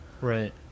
Right